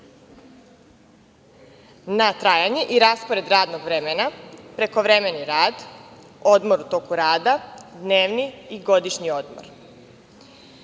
na trajanje i raspored radnog vremena, prekovremeni rad, odmor u toku rada, dnevni i godišnji odmor.